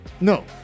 No